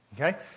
Okay